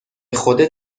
خودت